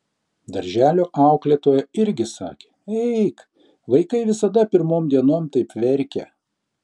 darželio auklėtoja irgi sakė eik vaikai visada pirmom dienom taip verkia